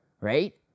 right